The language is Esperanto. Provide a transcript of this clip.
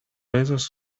pezas